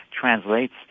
translates